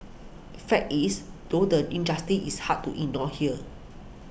fact is though the injustice is hard to in nor here